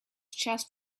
chest